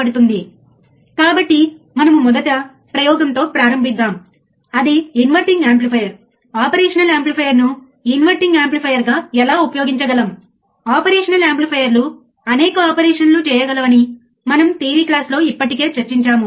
కానీ మీరు ఈ ప్రత్యేకమైన ప్రయోగాన్ని పరీక్షించడం ద్వారా ఆపరేషనల్ యాంప్లిఫైయర్ను కొలిచినప్పుడు అంటే మీరు ఇన్వర్టింగ్ టెర్మినల్ మరియు నాన్ ఇన్వర్టింగ్ టెర్మినల్ ను గ్రౌండ్ చేసి అవుట్పుట్ వద్ద మీరు ఓల్టేజ్ నీ కొలుస్తారు